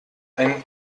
ein